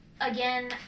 again